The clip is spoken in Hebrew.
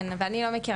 כן, ואני לא מכירה.